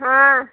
हाँ